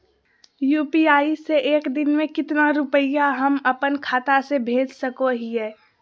UPI से एक दिन में कितना रुपैया हम अपन खाता से भेज सको हियय?